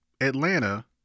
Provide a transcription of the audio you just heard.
Atlanta